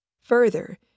Further